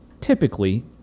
typically